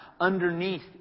underneath